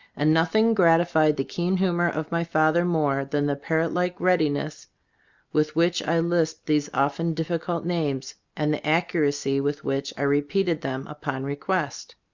and nothing gratified the keen humor of my father more than the parrot-like readiness with which i lisped these often difficult names, and the accu racy with which i repeated them upon request.